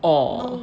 oh